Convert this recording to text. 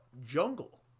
Jungle